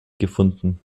gefunden